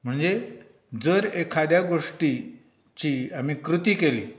म्हणजे जर एखाद्या गोष्टीची आमी कृती केली